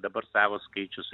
dabar savo skaičius